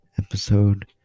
episode